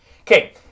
Okay